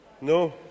No